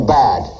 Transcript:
bad